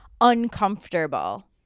uncomfortable